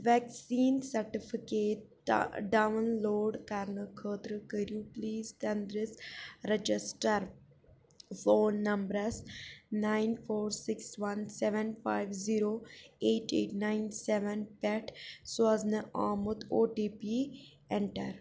vaccine certificate download کرنہٕ خٲطرٕ کٔرِو پلیٖز تنٛدرِس رجسٹر فون نمبرَس nine four six one seven five zero eight eight nine seven پٮ۪ٹھ سوزنہٕ آمُت او ٹی پی اٮ۪نٹر